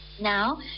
Now